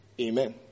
Amen